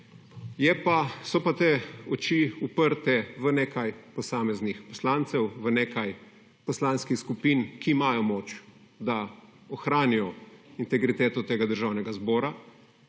Je pa, so pa te oči uprte v nekaj posameznih poslancev, v nekaj poslanskih skupin, ki imajo moč, da ohranijo integriteto tega Državnega zbora,